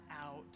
out